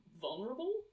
vulnerable